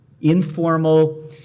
informal